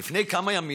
לפני כמה ימים